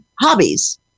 hobbies